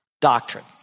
doctrine